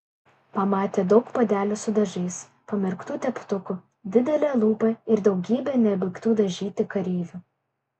pamatė daug puodelių su dažais pamerktų teptukų didelę lupą ir daugybę nebaigtų dažyti kareivių